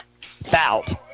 Fouled